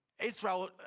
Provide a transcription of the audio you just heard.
Israel